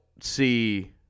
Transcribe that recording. see